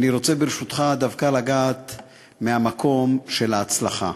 אני רוצה, ברשותך, דווקא לגעת מהמקום של ההצלחה.